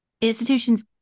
Institutions